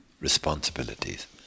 responsibilities